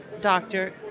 doctor